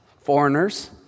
foreigners